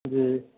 जी